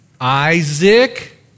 Isaac